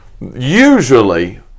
Usually